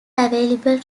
available